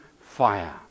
fire